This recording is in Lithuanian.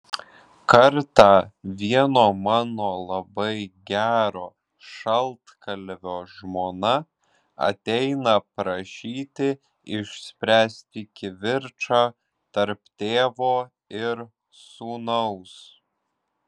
kartą vieno mano labai gero šaltkalvio žmona ateina prašyti išspręsti kivirčą tarp tėvo ir sūnaus